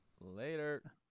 Later